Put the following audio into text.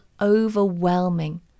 overwhelming